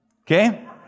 Okay